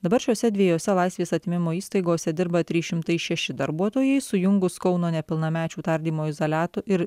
dabar šiose dviejose laisvės atėmimo įstaigose dirba trys šimtai šeši darbuotojai sujungus kauno nepilnamečių tardymo izoliato ir